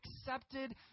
accepted